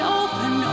open